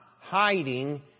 hiding